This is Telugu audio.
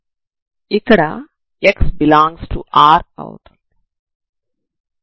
ఇక్కడ x∈R అవుతుంది